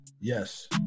Yes